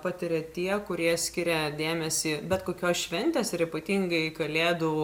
patiria tie kurie skiria dėmesį bet kokios šventės ir ypatingai kalėdų